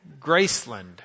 Graceland